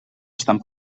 estan